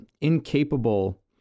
incapable